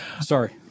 Sorry